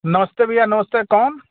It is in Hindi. नमस्ते भैया नमस्ते कौन